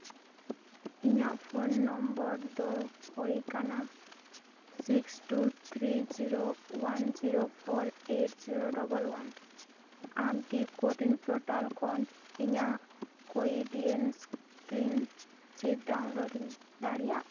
ᱤᱧᱟᱹᱜ phone number ᱫᱚ ᱦᱳᱭ ᱠᱟᱱᱟ six two three zero one zero four eight zero double one ᱟᱢ ᱠᱤ ᱠᱳᱨᱤᱱ ᱯᱨᱚᱴᱟᱞ ᱠᱷᱚᱱ ᱤᱧᱟᱹᱜ ᱠᱚᱭᱰᱤᱱ ᱤᱥᱠᱨᱤᱱ ᱥᱤᱫᱽ ᱰᱟᱣᱩᱱᱞᱳᱰ ᱫᱟᱲᱮᱭᱟᱜᱼᱟ